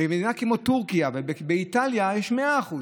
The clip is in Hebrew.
במדינות כמו טורקיה ובאיטליה יש 100%,